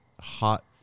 hot